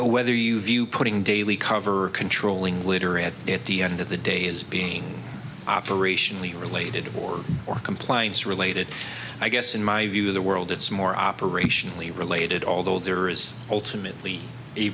whether you view putting daily cover or controlling literally at the end of the day is being operationally related or or compliance related i guess in my view of the world it's more operationally related although there is ultimately a